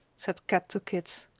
said kat to kit.